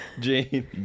Jane